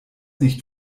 nicht